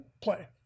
play